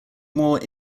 more